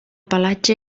pelatge